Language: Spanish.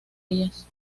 ellas